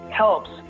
helps